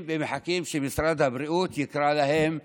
ומחכים שמשרד הבריאות יקרא להם לעבוד.